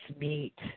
meet